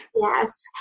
Yes